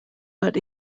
but